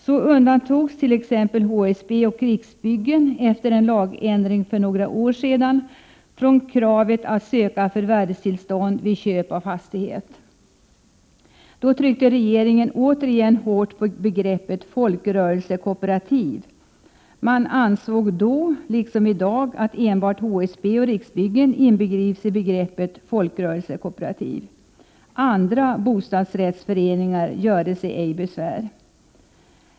Så undantogs t.ex. HSB och Riksbyggen efter en lagändring för några år sedan från kravet att söka förvärvstillstånd vid köp av fastighet. Då tryckte regeringen återigen hårt på begreppet folkrörelsekooperativ. Man ansåg då liksom i dag att enbart HSB och Riksbyggen inbegrips i begreppet folkrörelsekooperativ. Andra bostadsrättsföreningar göre sig ej besvär.